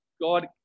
God